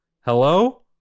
Hello